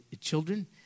children